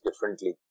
differently